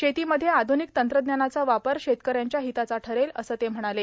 शेतीमध्ये आध्रनिक तंत्रज्ञानाचा वापर शेतकऱ्यांच्या हिताचा ळेल असं ते म्हणाले